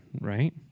right